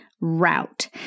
Route